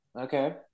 Okay